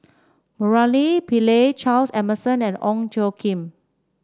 Murali Pillai Charles Emmerson and Ong Tjoe Kim